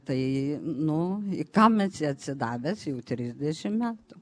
tai nu kam esi atsidavęs jau trisdešimt metų